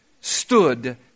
stood